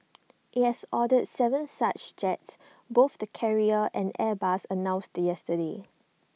IT has ordered Seven such jets both the carrier and airbus announced yesterday